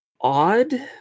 odd